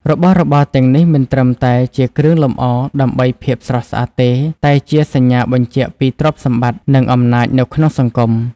របស់របរទាំងនេះមិនត្រឹមតែជាគ្រឿងលម្អដើម្បីភាពស្រស់ស្អាតទេ តែជាសញ្ញាបញ្ជាក់ពី ទ្រព្យសម្បត្តិ និងអំណាច នៅក្នុងសង្គម។